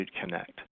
Connect